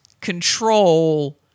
control